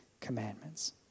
commandments